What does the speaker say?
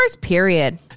period